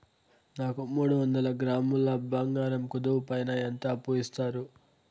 నాకు మూడు వందల గ్రాములు బంగారం కుదువు పైన ఎంత అప్పు ఇస్తారు?